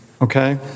Okay